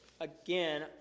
Again